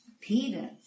Peter